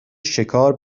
شکار